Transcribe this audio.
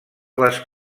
les